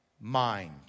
mind